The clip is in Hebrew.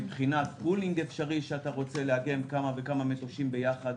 מבחינת קירור אפשרי כשאתה רוצה לאגם כמה וכמה מטושים ביחד.